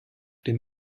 dem